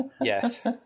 Yes